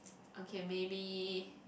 okay maybe